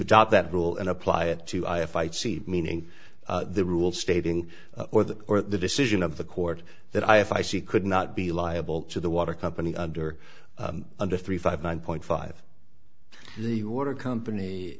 adopt that rule and apply it to i if i see meaning the rule stating or the or the decision of the court that i if i see could not be liable to the water company under under three five one point five the water company